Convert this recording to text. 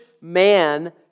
man